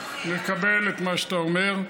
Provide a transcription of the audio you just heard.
מקבל את מה שאתה אומר.